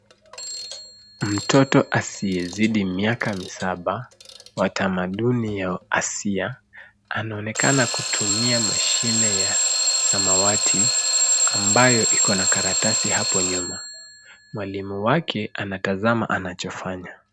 Mtoto asiyezidi miaka misaba wa tamaduni ya Asia anaonekana kutumia mashine ya samawati ambayo iko na karatasi hapo nyuma. Mwalimu wake anatazama anachofanya.